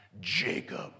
Jacob